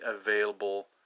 available